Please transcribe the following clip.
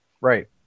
Right